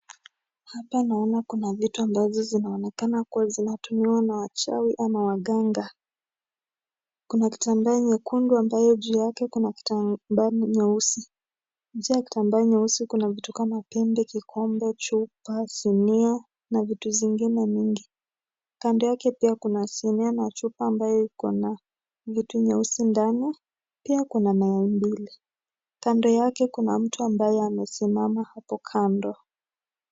Hapa naona kuna vitu ambazo zinaonekana kuwa zinatumiwa na wachawi ama waganga. Kuna kitambaa nyekundu ambayo juu yake, kuna kitambaa nyeusi. Juu ya kitambaa nyeusi kuna vitu kama pembe, kikombe, chupa, sinia na vitu zingine mingi. Kando yake pia kuna sinia na chupa ambayo ikona vitu nyeusi ndani. Pia kuna nyayo mbili. Kando yake kuna mtu ambaye amesimama hapo kando.